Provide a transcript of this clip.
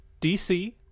dc